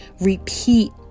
repeat